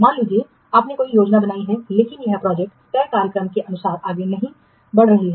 माना कि आपने कोई योजना बनाई है लेकिन यह प्रोजेक्ट तय कार्यक्रम के अनुसार आगे नहीं बढ़ रही है